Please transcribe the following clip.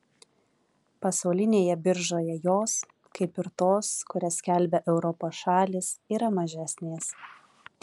pasaulinėje biržoje jos kaip ir tos kurias skelbia europos šalys yra mažesnės